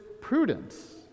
prudence